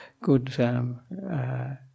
good